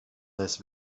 this